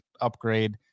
upgrade